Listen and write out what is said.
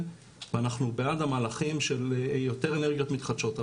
ואנחנו בעד המהלכים של יותר אנרגיות מתחדשות.